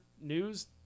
news